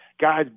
guys